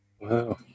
Wow